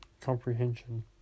comprehension